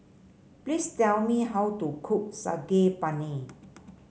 please tell me how to cook Saag Paneer